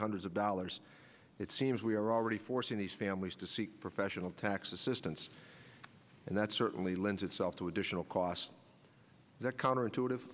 hundreds of dollars it seems we are already forcing these families to seek professional tax assistance and that certainly lends itself to additional costs that counterintuitive